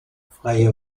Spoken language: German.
freie